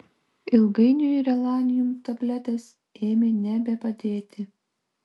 ilgainiui relanium tabletės ėmė nebepadėti